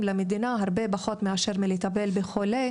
למדינה הרבה פחות מאשר לטפל בחולה,